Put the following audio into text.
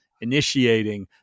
initiating